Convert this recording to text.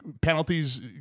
Penalties